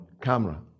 camera